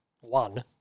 one